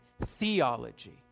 theology